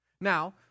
Now